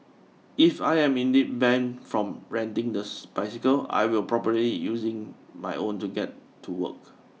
if I am indeed banned from renting the bicycle I will probably using my own to get to work